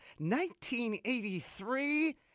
1983